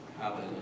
Hallelujah